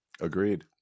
Agreed